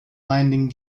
landing